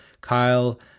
Kyle